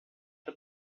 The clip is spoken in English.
the